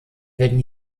werden